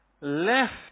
left